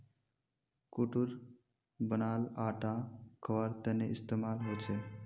कुट्टूर बनाल आटा खवार तने इस्तेमाल होचे